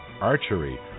archery